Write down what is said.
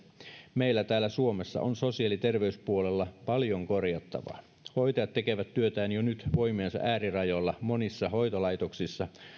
meillä täällä suomessa on sosiaali ja terveyspuolella paljon korjattavaa hoitajat tekevät työtään jo nyt voimiensa äärirajoilla monissa hoitolaitoksissa